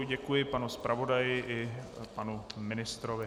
Děkuji panu zpravodaji i panu ministrovi.